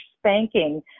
spanking